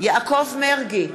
יעקב מרגי,